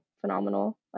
phenomenal